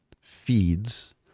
feeds